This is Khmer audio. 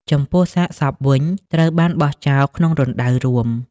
ចំពោះសាកសពវិញ ត្រូវបានបោះចោលក្នុងរណ្ដៅរួម។